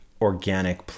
organic